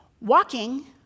Walking